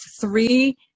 three